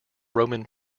roman